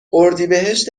اردیبهشت